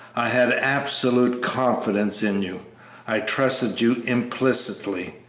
i had absolute confidence in you i trusted you implicitly.